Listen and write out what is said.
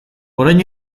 orain